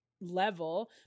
level